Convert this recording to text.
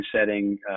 setting